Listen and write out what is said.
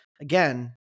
again